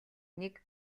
нэг